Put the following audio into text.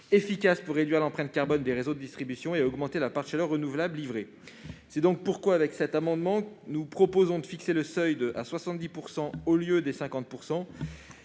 efficace pour réduire l'empreinte carbone des réseaux de distribution et augmenter la part de chaleur renouvelable livrée. C'est pourquoi cet amendement vise à fixer le seuil à 70 %, au lieu de 50